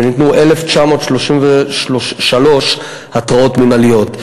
וניתנו 1,933 התראות מינהליות.